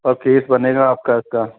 और केस बनेगा आपका इसका